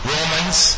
Romans